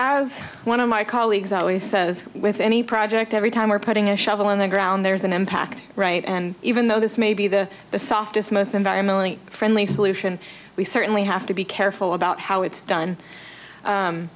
from as one of my colleagues always says with any project every time we're putting a shovel in the ground there's an impact right and even though this may be the the softest most environmentally friendly solution we certainly have to be careful about how it's done